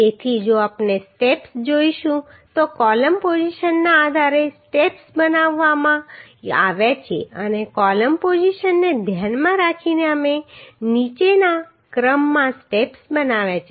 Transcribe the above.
તેથી જો આપણે સ્ટેપ્સ જોઈશું તો કોલમ પોઝિશનના આધારે સ્ટેપ્સ બનાવવામાં આવ્યા છે અને કોલમ પોઝિશનને ધ્યાનમાં રાખીને અમે નીચેના ક્રમમાં સ્ટેપ્સ બનાવ્યા છે